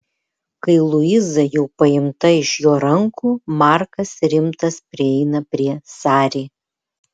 kai luiza jau paimta iš jo rankų markas rimtas prieina prie sari